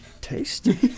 tasty